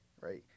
right